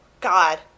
God